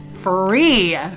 Free